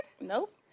Nope